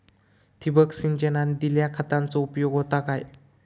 ठिबक सिंचनान दिल्या खतांचो उपयोग होता काय?